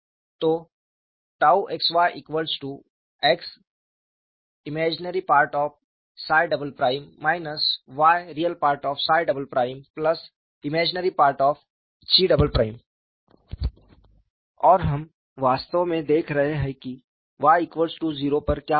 तो xyxIm yRe Im 𝛘 और हम वास्तव में देख रहे हैं कि y0 पर क्या होता है